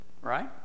Right